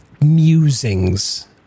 musings